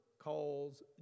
calls